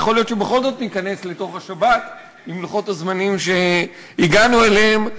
יכול להיות שבכל זאת ניכנס לתוך השבת עם לוחות הזמנים שהגענו אליהם.